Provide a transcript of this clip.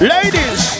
Ladies